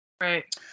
Right